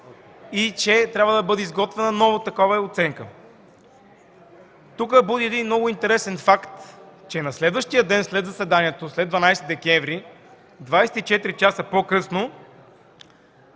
и че трябва да бъде изготвена нова такава оценка. Тук изниква един много интересен факт, че на следващия ден след заседанието от 12 декември, 24 часа по-късно,